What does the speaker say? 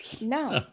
No